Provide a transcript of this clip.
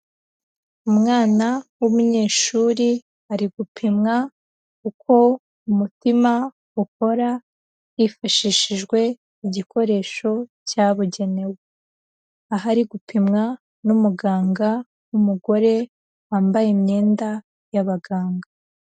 Umwana w'umunyeshuri ari gupimwa uko umutima ukora hifashishijwe igikoresho cyabugenewe. Aho ari gupimwa n'umuganga w'umugore, wambaye imyenda y'abaganga.